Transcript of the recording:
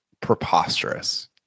preposterous